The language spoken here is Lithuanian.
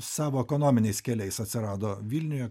savo ekonominiais keliais atsirado vilniuje